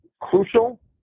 crucial